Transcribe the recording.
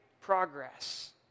progress